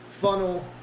funnel